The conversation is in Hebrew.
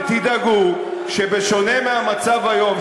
ותדאגו שבשונה מהמצב היום,